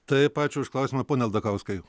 taip ačiū už klausimą pone aldakauskai